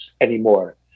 anymore